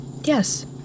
Yes